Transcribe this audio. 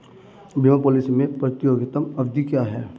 बीमा पॉलिसी में प्रतियोगात्मक अवधि क्या है?